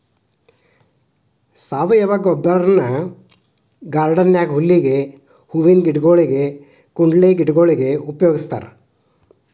ಸಾವಯವ ಗೊಬ್ಬರನ ಗಾರ್ಡನ್ ನ್ಯಾಗ ಹುಲ್ಲಿಗೆ, ಹೂವಿನ ಗಿಡಗೊಳಿಗೆ, ಕುಂಡಲೆ ಗಿಡಗೊಳಿಗೆ ಉಪಯೋಗಸ್ತಾರ